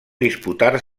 disputar